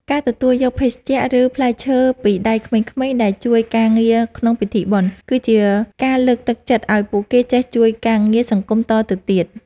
ការទទួលយកភេសជ្ជៈ ឬផ្លែឈើពីដៃក្មេងៗដែលជួយការងារក្នុងពិធីបុណ្យ គឺជាការលើកទឹកចិត្តឱ្យពួកគេចេះជួយការងារសង្គមតទៅទៀត។